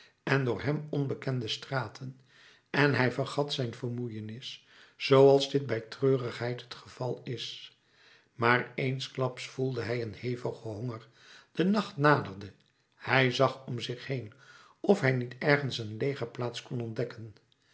en door hem onbekende straten en hij vergat zijn vermoeienis zooals dit bij treurigheid het geval is maar eensklaps voelde hij een hevigen honger de nacht naderde hij zag om zich heen of hij niet ergens een legerplaats kon ontdekken